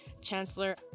chancellor